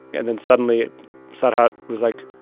and then suddenly sarhad was like,